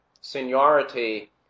Seniority